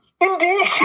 Indeed